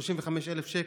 35,000 שקל.